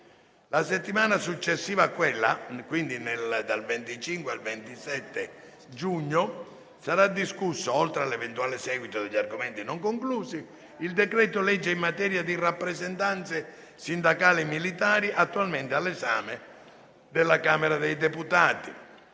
settimana dal 25 al 27 giugno sarà discusso, oltre all'eventuale seguito degli argomenti non conclusi, il decreto-legge in materia di rappresentanze sindacali militari attualmente all'esame della Camera dei deputati.